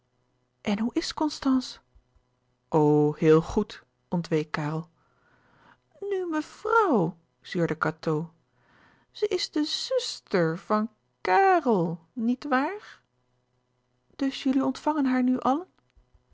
en hoe is constance o heel goed ontweek karel nu mevroùw zeurde cateau ze is de zùster van kàrel niet waar dus jullie ontvangen haar nu allen